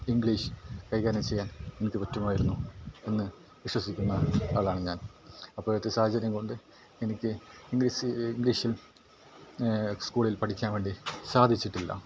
English കൈകാര്യം ചെയ്യാൻ എനിക്ക് പറ്റുമായിരുന്നു എന്ന് വിശ്വസിക്കുന്ന ആളാണ് ഞാൻ അപ്പോഴത്തെ സാഹചര്യം കൊണ്ട് എനിക്ക് ഇംഗ്ലീഷിൽ സ്കൂളിൽ പഠിക്കാൻ വേണ്ടി സാധിച്ചിട്ടില്ല